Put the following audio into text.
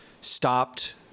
stopped